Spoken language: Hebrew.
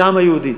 זה העם היהודי.